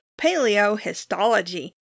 paleohistology